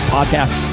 Podcast